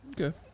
Okay